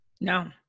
No